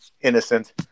innocent